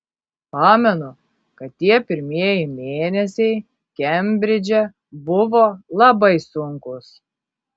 pamenu kad tie pirmieji mėnesiai kembridže buvo labai sunkūs